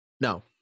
No